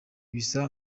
bisa